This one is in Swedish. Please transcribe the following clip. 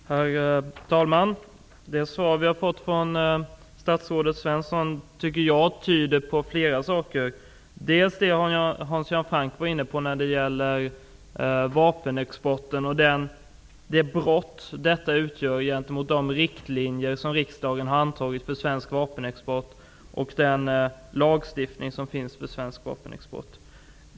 Herr talman! Det svar vi fått från statsrådet Svensson tyder, tycker jag, på flera saker -- dels det Hans Göran Franck var inne på när det gäller vapenexporten och dels det brott en sådan export skulle utgöra mot de riktlinjer riksdagen antagit för svensk vapenexport och den lagstiftning i frågan som finns.